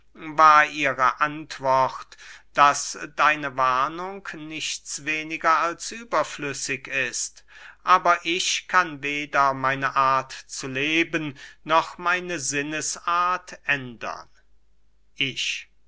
war ihre antwort daß deine warnung nichts weniger als überflüssig ist aber ich kann weder meine art zu leben noch meine sinnesart ändern ich